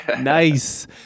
Nice